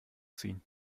ziehen